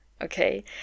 okay